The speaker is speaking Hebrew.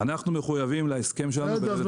אנחנו מחויבים להסכם שלנו --- תקציב.